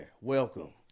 welcome